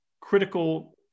critical